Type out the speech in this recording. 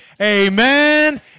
amen